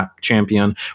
champion